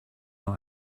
nur